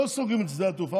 לא סוגרים את שדה התעופה,